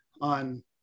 on